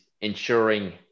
ensuring